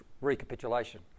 recapitulation